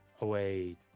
away